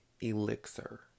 Elixir